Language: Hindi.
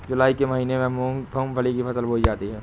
जूलाई के महीने में मूंगफली की फसल बोई जाती है